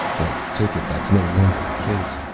i take it that's no longer the case.